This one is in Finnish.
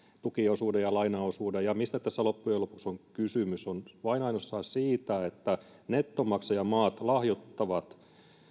tukiosuuden ja lainaosuuden ja tässä loppujen lopuksi on kysymys vain ja ainoastaan siitä että nettomaksajamaat lahjoittavat